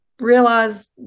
realize